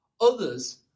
Others